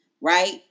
right